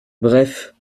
bref